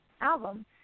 album